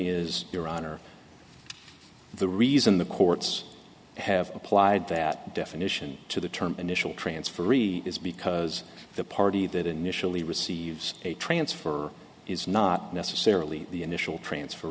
is your honor the reason the courts have applied that definition to the term initial transferee is because the party that initially receives a transfer is not necessarily the initial transfer